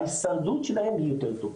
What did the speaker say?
ההישרדות שלהם יותר טובה,